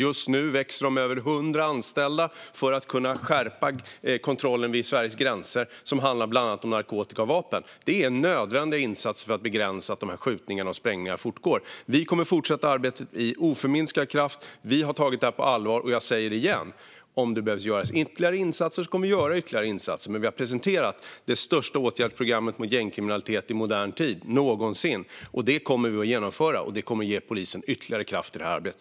Myndigheten växer nu med över 100 anställda för att kunna skärpa kontrollen vid Sveriges gränser när det gäller bland annat narkotika och vapen. Detta är en nödvändig insats för att begränsa skjutningarna och sprängningarna. Vi kommer att fortsätta arbetet med oförminskad kraft. Vi har tagit detta på allvar, och jag säger det igen: Om ytterligare insatser behövs kommer vi att göra ytterligare insatser. Men vi har presenterat det största åtgärdsprogrammet mot gängkriminalitet någonsin i modern tid, och vi kommer att genomföra det. Det kommer att ge polisen ytterligare kraft i detta arbete.